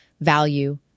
value